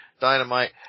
Dynamite –